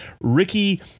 Ricky